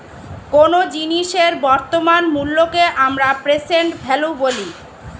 কোনো জিনিসের বর্তমান মূল্যকে আমরা প্রেসেন্ট ভ্যালু বলি